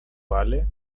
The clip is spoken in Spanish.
vale